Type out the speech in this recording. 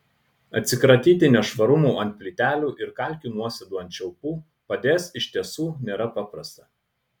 atsikratyti nešvarumų ant plytelių ir kalkių nuosėdų ant čiaupų padės iš tiesų nėra paprasta